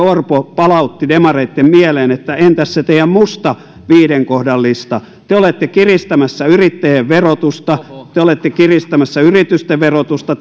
orpo palautti demareitten mieleen että entäs se teidän musta viiden kohdan listanne te te olette kiristämässä yrittäjien verotusta te olette kiristämässä yritysten verotusta